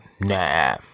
nah